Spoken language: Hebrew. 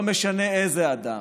לא משנה איזה אדם,